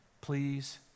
please